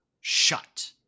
shut